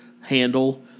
handle